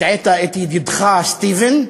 הטעית את ידידך סטיבן,